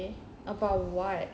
okay about what